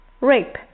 rape